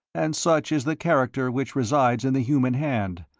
and such is the character which resides in the human hand,